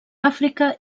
àfrica